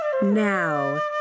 Now